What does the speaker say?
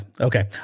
Okay